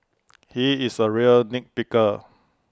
he is A real nit picker